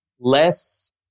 less